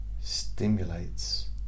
stimulates